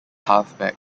halfback